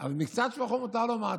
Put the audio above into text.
אבל מקצת שבחו מותר לומר.